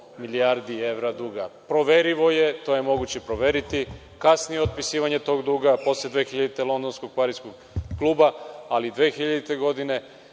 milijardi evra duga. Proverivo je, to je moguće proveriti. Kasnije otpisivanje tog duga, posle 2000. godine, Londonskog, Pariskog kluba, ali 2000. godine